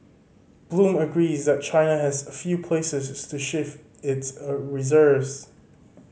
Bloom agrees that China has few places to shift its a reserves